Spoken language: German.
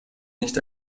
nicht